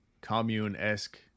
commune-esque